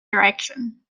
direction